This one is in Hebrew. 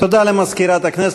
למזכירת הכנסת.